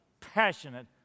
passionate